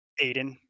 aiden